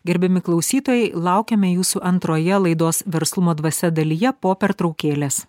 gerbiami klausytojai laukiame jūsų antroje laidos verslumo dvasia dalyje po pertraukėlės